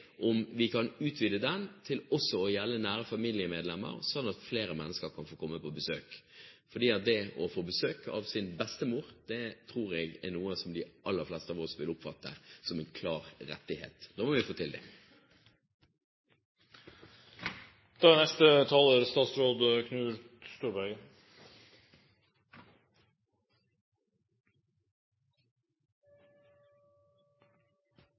om vi kan utvide den til også å gjelde nære familiemedlemmer, sånn at flere mennesker kan få komme på besøk. For det å få besøk av sin bestemor tror jeg er noe de aller fleste av oss vil oppfatte som en klar rettighet. Nå må vi få til det! Det er